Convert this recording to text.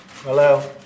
Hello